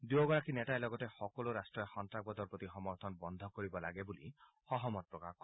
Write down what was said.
দুয়োগৰাকী নেতাই লগতে সকলো ৰাট্টই সন্নাসবাদৰ প্ৰতি সমৰ্থন বন্ধ কৰিব লাগে বুলি সহমত প্ৰকাশ কৰে